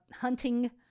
hunting